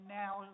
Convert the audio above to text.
now